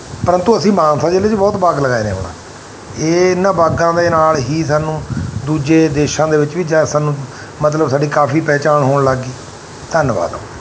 ਪਰੰਤੂ ਅਸੀਂ ਮਾਨਸਾ ਜ਼ਿਲ੍ਹੇ 'ਚ ਬਹੁਤ ਬਾਗ ਲਗਾਏ ਨੇ ਹੁਣ ਇਹ ਇਹਨਾਂ ਬਾਗਾਂ ਦੇ ਨਾਲ ਹੀ ਸਾਨੂੰ ਦੂਜੇ ਦੇਸ਼ਾਂ ਦੇ ਵਿੱਚ ਵੀ ਚਾਹੇ ਸਾਨੂੰ ਮਤਲਬ ਸਾਡੀ ਕਾਫੀ ਪਹਿਚਾਣ ਹੋਣ ਲੱਗ ਗਈ ਧੰਨਵਾਦ